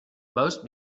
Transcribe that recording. most